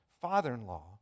father-in-law